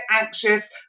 anxious